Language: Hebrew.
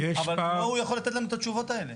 אבל לא הוא יכול לתת לנו את התשובות האלה.